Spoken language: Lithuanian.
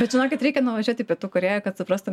bet žinokit reikia nuvažiuot į pietų korėją kad suprastum